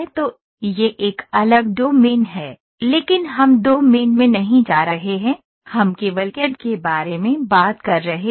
तो यह एक अलग डोमेन है लेकिन हम डोमेन में नहीं जा रहे हैं हम केवल कैड के बारे में बात कर रहे हैं